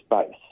space